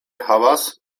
havas